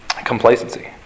Complacency